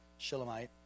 Shilamite